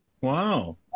Wow